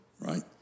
right